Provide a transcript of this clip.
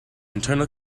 internal